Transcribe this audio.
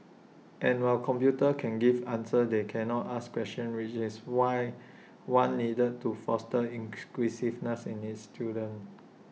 and while computers can give answers they cannot ask questions which is why one needed to foster in in students